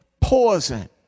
poison